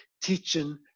teaching